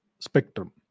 spectrum